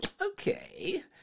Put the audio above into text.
okay